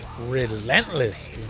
relentless